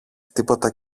τίποτα